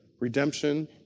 redemption